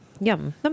Yum